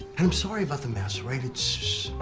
i'm sorry about the mess, alright? it's.